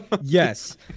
Yes